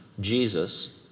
Jesus